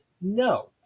no